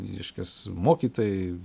reiškias mokytojai